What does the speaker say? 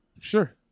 Sure